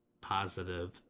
positive